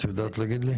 את יודעת להגיד לי?